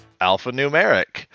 Alphanumeric